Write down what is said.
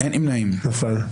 נפל.